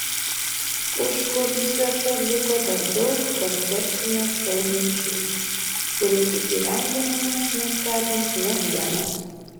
užkulisiuose liko dar daug koncertinio šou minčių kurių įgyvendinimas nustebins ne vieną